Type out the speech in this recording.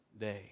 day